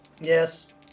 Yes